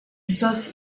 sauce